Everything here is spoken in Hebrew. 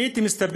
אני הייתי מסתפק